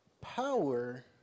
power